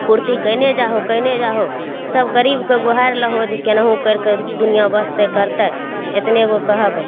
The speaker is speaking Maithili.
पुर्ति कएने जाहो कएने जाहो सब गरीबके गोहारि लहो जे केनाहुँ करिके दुनिआँ बसतै करतै एतने गो कहब